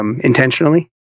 Intentionally